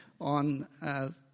on